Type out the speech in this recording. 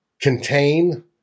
contain